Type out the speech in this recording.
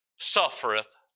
suffereth